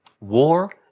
war